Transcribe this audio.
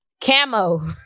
camo